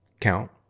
count